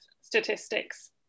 statistics